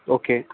okay